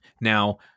Now